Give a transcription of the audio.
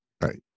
Right